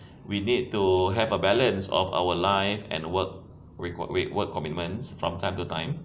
we need to have a balance of our life and work wait work commitments from time to time